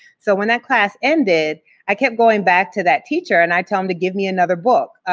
so when that class ended, i kept going back to that teacher, and i'd tell him to give me another book.